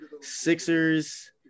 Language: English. Sixers